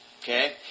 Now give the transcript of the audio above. Okay